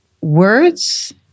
words